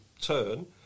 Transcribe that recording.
turn